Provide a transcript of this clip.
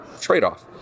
trade-off